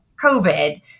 COVID